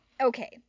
okay